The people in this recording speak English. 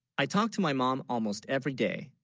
i talked, to my mom almost every day,